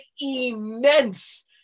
immense